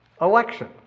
election